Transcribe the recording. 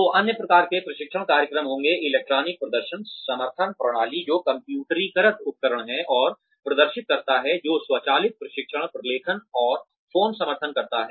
तो अन्य प्रकार के प्रशिक्षण कार्यक्रम होंगे इलेक्ट्रॉनिक प्रदर्शन समर्थन प्रणाली जो कम्प्यूटरीकृत उपकरण है और प्रदर्शित करता है जो स्वचालित प्रशिक्षण प्रलेखन और फोन समर्थन करता है